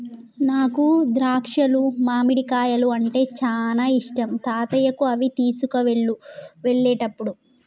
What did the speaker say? నాకు ద్రాక్షాలు మామిడికాయలు అంటే చానా ఇష్టం తాతయ్యకు అవి తీసుకువెళ్ళు వెళ్ళేటప్పుడు